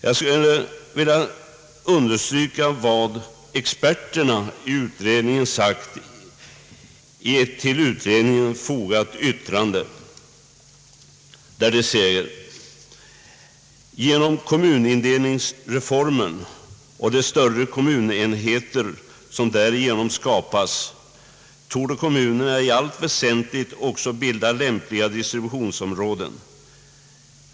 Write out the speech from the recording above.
Jag skulle vilja understryka vad experterna i utredningen sagt i ett till utredningen fogat yttrande. Där heter det: »Genom kommunindelningsreformen och de större kommunenheter som därigenom skapas torde kommunerna i allt väsentligt också bilda lämpliga distributionsområden.